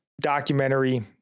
documentary